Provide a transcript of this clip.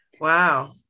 Wow